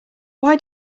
why